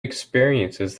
experiences